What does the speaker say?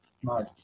Smart